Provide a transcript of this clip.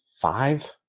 five